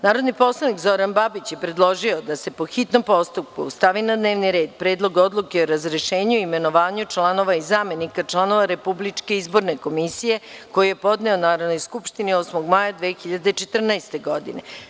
Narodni poslanik Zoran Babić je predložio da se po hitnom postupku stavi na dnevni red Predlog Odluke o razrešenju i imenovanju članova i zamenika članova Republičke izborne komisije, koji je podneo Narodnoj skupštini 8. maja 2014. godine.